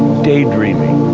daydreaming.